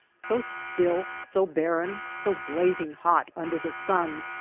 so still, so barren, so blazing hot under the sun.